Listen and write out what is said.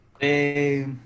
hey